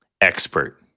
expert